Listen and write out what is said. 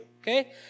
okay